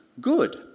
good